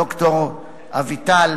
ד"ר אביטל,